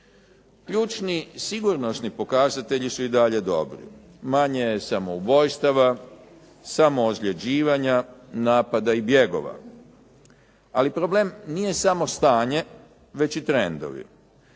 Ključni sigurnosni pokazatelji su i dalje dobri. Manje je samoubojstava, samoozljeđivanja, napada i bjegova. Ali problem nije samo stanje, već i trendovi.